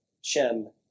Shem